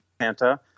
Santa